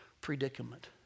predicament